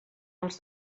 els